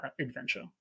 adventure